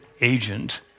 agent